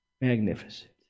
Magnificent